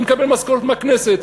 אני מקבל משכורת מהכנסת.